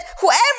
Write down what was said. whoever